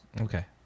Okay